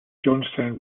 johnstown